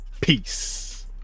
peace